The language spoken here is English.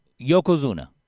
Yokozuna